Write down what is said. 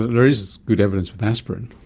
there is good evidence with aspirin.